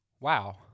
Wow